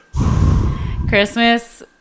christmas